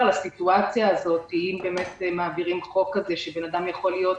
לסיטואציה הזאת אם באמת מעבירים חוק שאדם יכול להיות